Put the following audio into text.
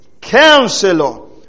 counselor